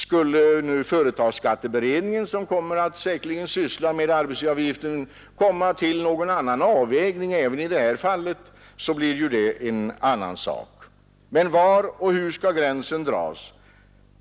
Om företagsskatteberedningen, som säkerligen kommer att syssla med arbetsgivaravgiften, kommer fram till en annan avvägning även i detta fall, blir det en annan sak. Men var och hur skall gränsen dras?